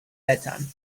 bedtime